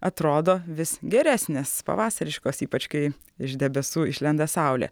atrodo vis geresnės pavasariškos ypač kai iš debesų išlenda saulė